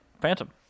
Phantom